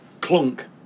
clunk